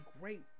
great